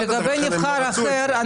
לגבי נבחר אחר,